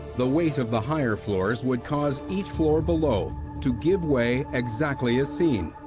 the weight of the higher floors would cause each floor below to give way exactly as seen.